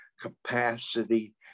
capacity